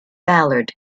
ballard